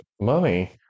money